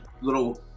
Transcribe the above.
little